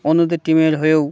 অন্যদের টিমের হয়েও